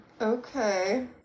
okay